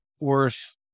worth